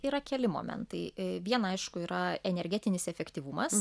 yra keli momentai viena aišku yra energetinis efektyvumas